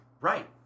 Right